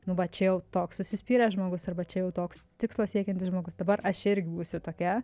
va čia jau toks užsispyręs žmogus arba čia jau toks tikslo siekiantis žmogus dabar aš irgi būsiu tokia